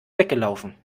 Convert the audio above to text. weggelaufen